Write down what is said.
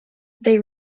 they